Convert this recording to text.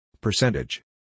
Percentage